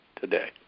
today